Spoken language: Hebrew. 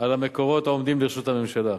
על המקורות העומדים לרשות ממשלה.